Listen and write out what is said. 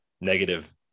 negative